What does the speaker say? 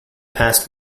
past